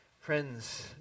Friends